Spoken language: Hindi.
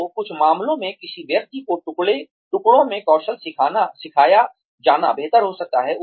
तो कुछ मामलों में किसी व्यक्ति को टुकड़ों में कौशल सिखाया जाना बेहतर हो सकता है